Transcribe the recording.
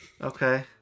Okay